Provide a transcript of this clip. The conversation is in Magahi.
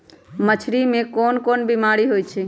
मछरी मे कोन कोन बीमारी होई छई